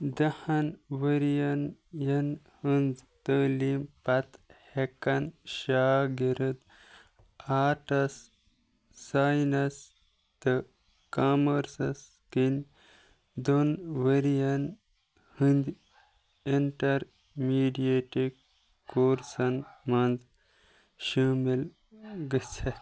دَہن ؤریَن یَن ہٕنٛز تٲلیٖم پتہٕ ہٮ۪کَن شاگرد آرٹَس ساینَس تہٕ کامٲرسَس کِنۍ دۄن ؤریَن ہٕنٛدۍ اِنٛٹَر میٖڈییٹِک کورسَن منٛز شٲمِل گٔژھِتھ